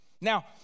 Now